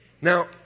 Now